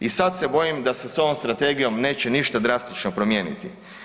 I sad se bojim da se s ovom strategijom neće ništa drastično promijeniti.